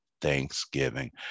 thanksgiving